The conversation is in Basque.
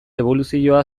eboluzioa